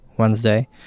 wednesday